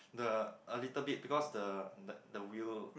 the a little bit because the the the wheel